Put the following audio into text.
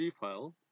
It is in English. file